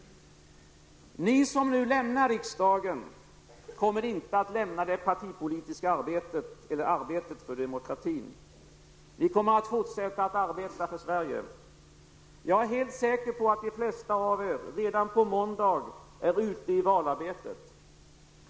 Ni som nu lämnar riksdagen kommer inte att lämna det partipolitiska arbetet eller arbetet för vår demokrati. Ni kommer att fortsätta arbetet för Sverige. Jag är helt säker på att de flesta av er redan på måndag är ute i valarbetet.